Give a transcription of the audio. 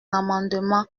amendement